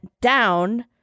down